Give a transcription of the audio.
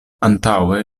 antaŭe